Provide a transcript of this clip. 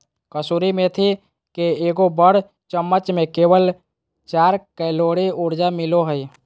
कसूरी मेथी के एगो बड़ चम्मच में केवल चार कैलोरी ऊर्जा मिलो हइ